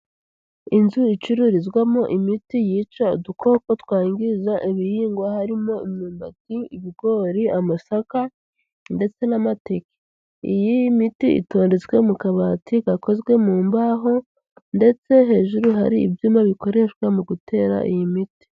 Inzu icururizwamo imiti yica udukoko twangiriza ibihingwa, harimo: imyumbati, ibigori, amasaka ndetse n'amateke. Iyi miti itondetswe mu kabati gakozwe mu mbaho ndetse hejuru hari ibyuma bikoreshwa mu gutera iyi miti.